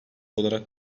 olarak